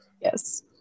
Yes